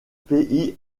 pays